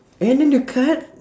and then the card